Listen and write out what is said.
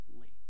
late